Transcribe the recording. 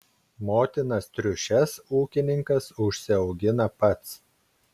motinas triušes ūkininkas užsiaugina pats